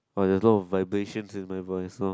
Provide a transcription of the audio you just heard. uh there's a lot of vibration in my voice loh